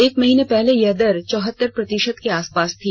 एक महिना पहले यह दर चौहतर प्रतिशत के आसपास थी